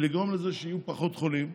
ולגרום לזה שיהיו פחות חולים?